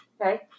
Okay